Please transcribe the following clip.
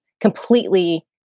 completely